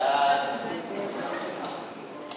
ההצעה להעביר את הצעת חוק בתי-המשפט (תיקון מס'